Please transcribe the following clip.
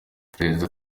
perezida